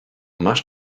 masz